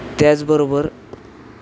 त्याचबरोबर